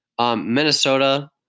Minnesota